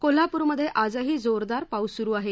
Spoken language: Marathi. कोल्हापूरमधे आजही जोरदार पाऊस सुरु आहे